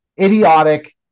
idiotic